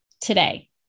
today